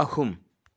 ꯑꯍꯨꯝ